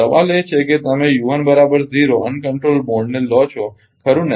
સવાલ એ છે કે તમે અનિયંત્રિત મોડ ને લો છો ખરુ ને